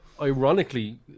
ironically